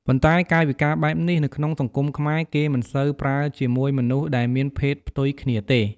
ប៉ុន្តែកាយវិការបែបនេះ នៅក្នុងសង្គមខ្មែរគេមិនសូវប្រើជាមួយមនុស្សដែរមានភេទផ្ទុយគ្នាទេ។